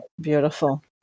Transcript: Beautiful